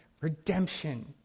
redemption